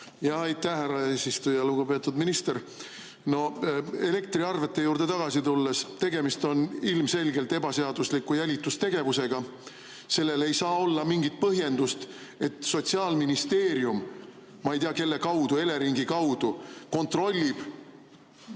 Aitäh, härra eesistuja! Lugupeetud minister. Elektriarvete juurde tagasi tulles: tegemist on ilmselgelt ebaseadusliku jälitustegevusega. Sellele ei saa olla mingit põhjendust, et Sotsiaalministeerium, ma ei tea, kelle kaudu, Eleringi kaudu kontrollib